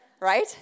right